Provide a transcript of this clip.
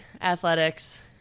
athletics